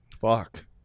fuck